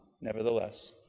nevertheless